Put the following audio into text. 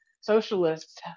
socialists